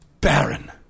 Baron